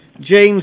James